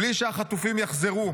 בלי שהחטופים יחזרו.